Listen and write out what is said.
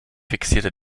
fixierte